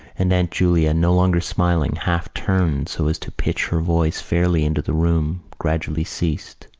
and aunt julia, no longer smiling, half turned so as to pitch her voice fairly into the room, gradually ceased.